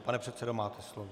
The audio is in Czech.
Pane předsedo, máte slovo.